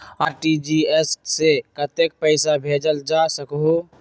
RTGS से कतेक पैसा भेजल जा सकहु???